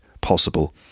possible